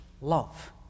love